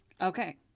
Okay